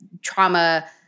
trauma